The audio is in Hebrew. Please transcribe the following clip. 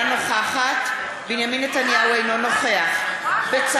אינה נוכחת בנימין נתניהו,